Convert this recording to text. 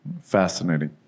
Fascinating